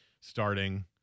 starting